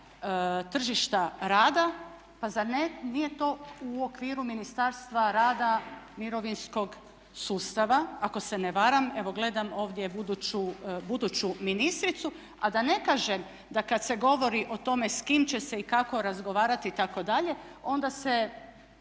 tržišta rada. Pa zar nije to u okviru Ministarstva rada, mirovinskog sustava ako se ne varam. Evo gledam ovdje buduću ministricu, a da ne kažem da kad se govori o tome s kim će se i kako razgovarati itd. onda se